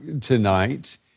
tonight